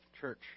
Church